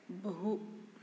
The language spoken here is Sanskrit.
बहु